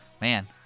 man